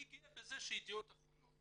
אני גאה בזה שידיעות אחרונות